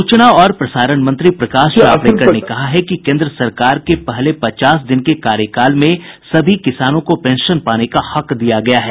सूचना और प्रसारण मंत्री प्रकाश जावडेकर ने कहा है कि केन्द्र सरकार के पहले पचास दिन के कार्यकाल में सभी किसानों को पेंशन पाने का हक दिया गया है